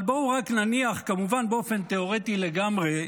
אבל בואו רק נניח, כמובן באופן תיאורטי לגמרי,